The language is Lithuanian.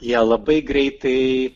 jie labai greitai